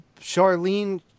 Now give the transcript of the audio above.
Charlene